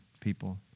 people